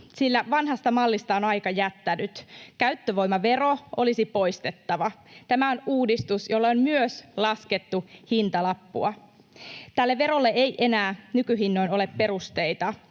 sillä vanhasta mallista on aika jättänyt. Käyttövoimavero olisi poistettava. Tämä on uudistus, jolle on myös laskettu hintalappua. Tälle verolle ei enää nykyhinnoin ole perusteita.